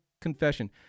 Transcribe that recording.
confession